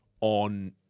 on